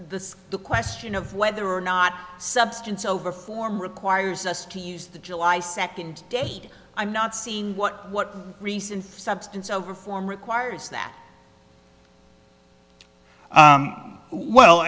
the the question of whether or not substance over form requires us to use the july second date i'm not seeing what what reason substance over form requires that well